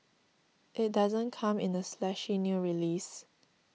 it doesn't come in a splashy new release